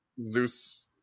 Zeus